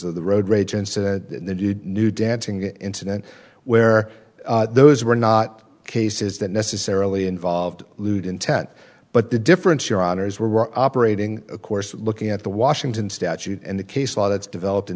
of the road rage incident that you knew dancing incident where those were not cases that necessarily involved lewd intent but the difference your honour's were operating of course looking at the washington statute and the case law that's developed in